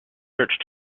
search